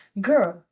girl